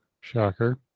Shocker